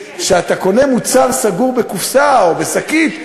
שכשאתה קונה מוצר סגור בקופסה או בשקית,